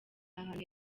ahantu